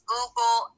Google